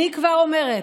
אני כבר אומרת: